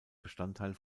bestandteil